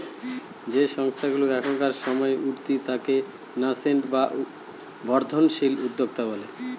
যে সংস্থাগুলা এখনকার সময় উঠতি তাকে ন্যাসেন্ট বা বর্ধনশীল উদ্যোক্তা বলে